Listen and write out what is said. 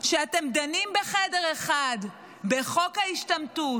שאתם דנים בחדר אחד בחוק ההשתמטות,